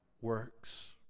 works